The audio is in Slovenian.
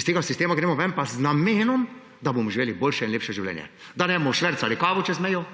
Iz tega sistema pa gremo ven z namenom, da bomo živeli boljše in lepše življenje, da ne bomo švercali kave čez mejo,